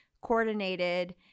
coordinated